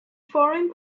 foreign